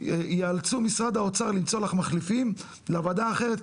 יאלצו משרד האוצר למצוא לך מחליפים לוועדה האחרת,